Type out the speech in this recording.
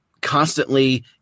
constantly